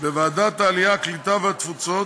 בוועדת העלייה, הקליטה והתפוצות,